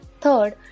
Third